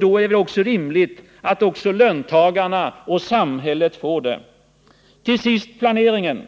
Då är det rimligt att också löntagarna och samhället får det. Till sist planeringen.